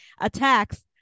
attacks